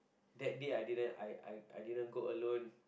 that day I didn't I I I didn't go alone